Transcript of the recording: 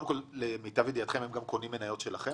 הם גם קונים מניות שלכם?